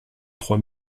trois